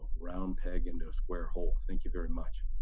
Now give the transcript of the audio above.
round peg into a square hole. thank you very much?